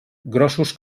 grossos